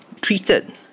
treated